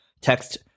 Text